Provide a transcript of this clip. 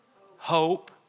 hope